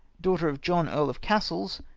daughter of john earl of cassils,